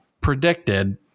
predicted